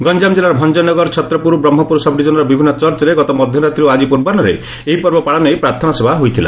ଗଞାମ ଜିଲ୍ଲାର ଭଞ୍ଞନଗର ଛତ୍ରପୁର ବ୍ରହ୍କପୁର ସବଡିଭିଜନର ବିଭିନ୍ନ ଚର୍ଚ୍ଚରେ ଗତ ମଧ୍ଧରାତ୍ରୀ ଓ ଆଜି ପ୍ରବାହୁରେ ଏହି ପର୍ବ ପାଳନ ନେଇ ପ୍ରାର୍ଥନା ସଭା ହୋଇଥିଲା